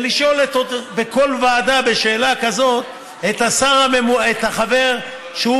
ולשאול בכל ועדה את השאלה הזאת את החבר שהוא